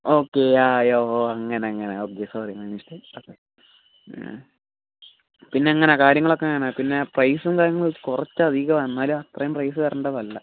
okay yeah യോ അങ്ങനെ അങ്ങനെ ഓക്കേ സോറി മനസിലായി പിന്നെങ്ങനാണ് കാര്യങ്ങളൊക്കെ എങ്ങനാണ് പിന്നെ പ്രൈസും കാര്യങ്ങളും കുറച്ചധികമാണ് എന്നാലും അത്രയും പ്രൈസ് വരേണ്ടതല്ല